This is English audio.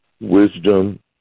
wisdom